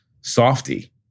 softy